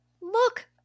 Look